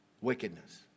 wickedness